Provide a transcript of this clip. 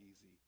easy